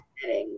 settings